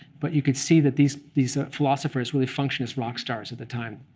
but you could see that these these philosophers really function as rock stars at the time.